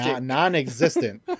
non-existent